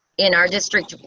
in our district.